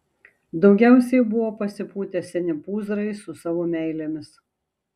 daugiausiai buvo pasipūtę seni pūzrai su savo meilėmis